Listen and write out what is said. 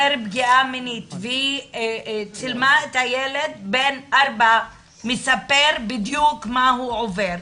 היא צילמה את הילד בן ארבע מספר בדיוק מה הוא עובר.